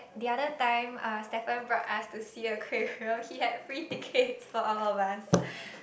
the other time uh Stephen brought us to sea aquarium he had free tickets for all of us